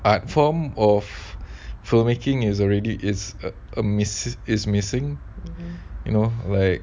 art form of filmmaking is already it's a a miss is missing you know like